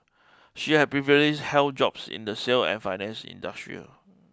she had previously held jobs in the sale and finance industrial